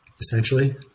essentially